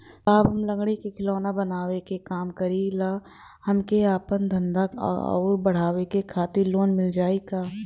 साहब हम लंगड़ी क खिलौना बनावे क काम करी ला हमके आपन धंधा अउर बढ़ावे के खातिर लोन मिल जाई का?